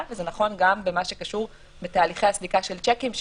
וזה נכון גם במה שקשור בתהליכי הסליקה של שיקים,